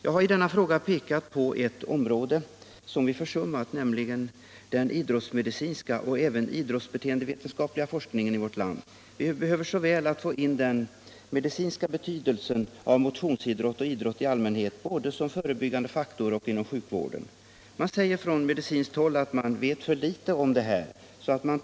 Jag har i min fråga pekat på ett område som är försummat, nämligen den idrottsmedicinska och även idrottsbeteendevetenskapliga forskningen i vårt land. Vi behöver så väl få en belysning av motionsidrottens och över huvud taget idrottens medicinska betydelse, både som förebyggande faktor och inom sjukvården. Man säger på medicinskt håll att man vet för litet om detta.